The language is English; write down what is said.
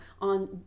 on